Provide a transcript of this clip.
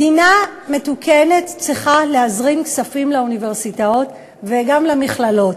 מדינה מתוקנת צריכה להזרים כספים לאוניברסיטאות וגם למכללות.